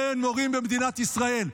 אין מורים במדינת ישראל.